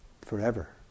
Forever